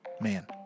Man